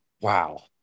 wow